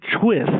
twist